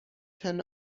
ten